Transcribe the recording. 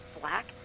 black